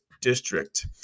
district